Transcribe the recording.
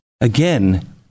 Again